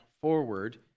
forward